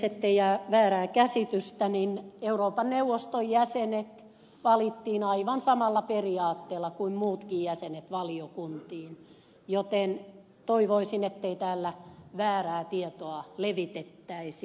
ettei jää väärää käsitystä niin euroopan neuvoston jäsenet valittiin aivan samalla periaatteella kuin muutkin jäsenet valiokuntiin joten toivoisin ettei täällä väärää tietoa levitettäisi